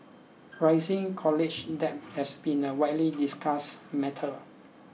rising college debt has been a widely discussed matter